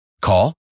Call